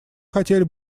хотели